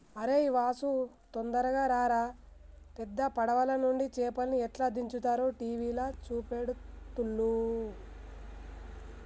అరేయ్ వాసు తొందరగా రారా పెద్ద పడవలనుండి చేపల్ని ఎట్లా దించుతారో టీవీల చూపెడుతుల్ను